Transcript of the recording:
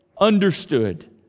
understood